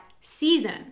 season